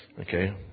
Okay